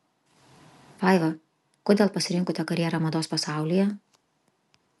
vaiva kodėl pasirinkote karjerą mados pasaulyje